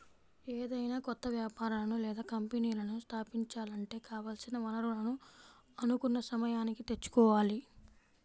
ఏదైనా కొత్త వ్యాపారాలను లేదా కంపెనీలను స్థాపించాలంటే కావాల్సిన వనరులను అనుకున్న సమయానికి తెచ్చుకోవాలి